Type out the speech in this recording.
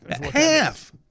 Half